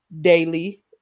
daily